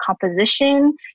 composition